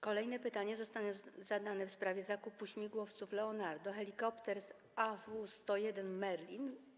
Kolejne pytanie zostanie zadane w sprawie zakupu śmigłowców Leonardo Helicopters AW101 Merlin.